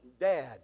dad